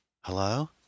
Hello